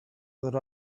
that